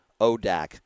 ODAC